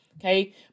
okay